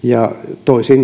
ja